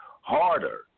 Harder